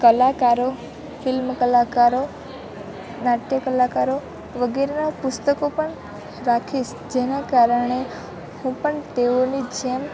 કલાકારો ફિલ્મ કલાકારો નાટ્ય કલાકારો વગેરેના પુસ્તકો પણ રાખીશ જેના કારણે હું પણ તેઓની જેમ